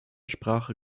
sprache